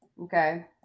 okay